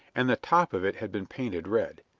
and the top of it had been painted red.